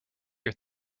your